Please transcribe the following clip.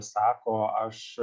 sako aš